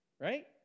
Right